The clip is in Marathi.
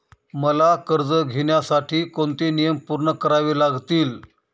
मला कर्ज घेण्यासाठी कोणते नियम पूर्ण करावे लागतील?